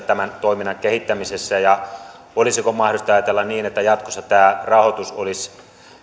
tämän toiminnan kehittämisessä olisiko mahdollista ajatella niin että jatkossa tämä rahoitus olisi